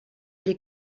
les